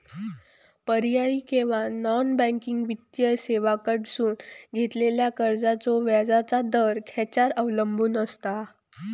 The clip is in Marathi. पर्यायी किंवा नॉन बँकिंग वित्तीय सेवांकडसून घेतलेल्या कर्जाचो व्याजाचा दर खेच्यार अवलंबून आसता?